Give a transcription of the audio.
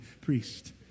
priest